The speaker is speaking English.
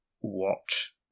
watch